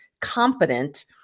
competent